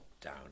down